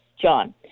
John